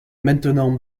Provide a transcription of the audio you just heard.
maintenant